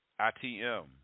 ITM